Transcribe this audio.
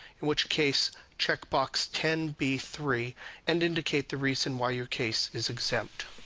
in which case check box ten b three and indicate the reason why your case is exempt.